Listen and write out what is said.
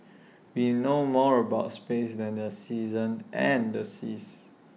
we know more about space than the seasons and the seas